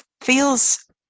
feels